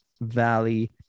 Valley